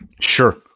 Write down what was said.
Sure